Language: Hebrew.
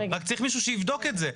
רק צריך מישהו שיבדוק את זה.